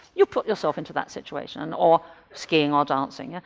you've put yourself into that situation. or skiing or dancing. ah